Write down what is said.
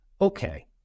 Okay